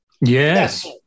Yes